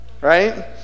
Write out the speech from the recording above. right